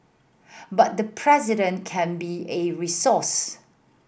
but the President can be a resource